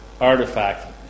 artifact